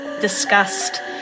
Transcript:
disgust